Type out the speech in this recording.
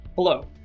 Hello